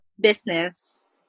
business